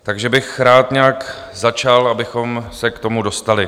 Takže bych rád nějak začal, abychom se k tomu dostali.